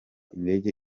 indege